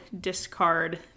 discard